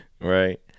Right